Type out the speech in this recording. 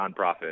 nonprofit